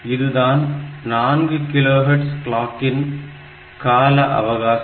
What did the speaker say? இதுதான் 4 kilo hertz கிளாக்கின் கால அவகாசம்